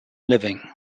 living